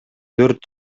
төрт